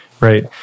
right